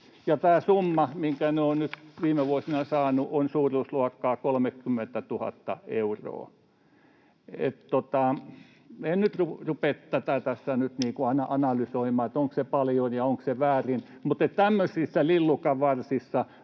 tämä summa, minkä se on nyt viime vuosina saanut, on suuruusluokkaa 30 000 euroa. En rupea tätä tässä nyt analysoimaan, onko se paljon ja onko se väärin, mutta tämmöisissä lillukanvarsissa